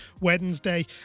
Wednesday